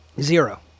Zero